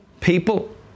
people